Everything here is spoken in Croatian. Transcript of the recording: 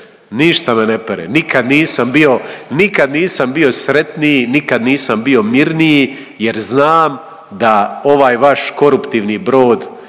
nisam bio, nikad nisam bio sretniji, nikad nisam bio mirniji jer znam da ovaj vaš koruptivni brod